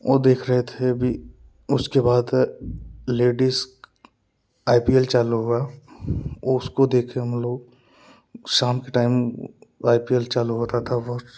वह देख रहे थे अभी उसके बाद लेडीस आई पी एल चालू हुआ उसको देखे हम लोग शाम के टाइम आई पी एल चालू होता था बस